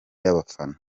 y’abafana